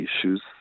issues